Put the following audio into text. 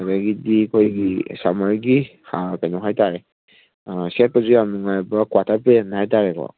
ꯑꯗꯒꯤꯗꯤ ꯑꯩꯈꯣꯏꯒꯤ ꯁꯝꯃꯔꯒꯤ ꯍꯥꯐ ꯀꯩꯅꯣ ꯍꯥꯏꯇꯥꯔꯦ ꯁꯦꯠꯄꯁꯨ ꯌꯥꯝ ꯅꯨꯡꯉꯥꯏꯕ ꯀ꯭ꯋꯥꯇꯔꯄꯦꯟ ꯍꯥꯏꯇꯥꯔꯦꯀꯣ